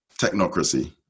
Technocracy